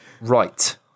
Right